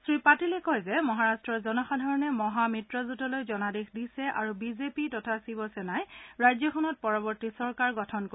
শ্ৰীপাটিলে কয় যে মহাৰাট্টৰ জনসাধাৰণে মহা মিত্ৰজোটলৈ জনাদেশ দিছে আৰু বিজেপি তথা শিৱসেনাই ৰাজ্যখনত পৰৱৰ্তী চৰকাৰ গঠন কৰিব